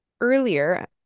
earlier